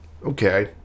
Okay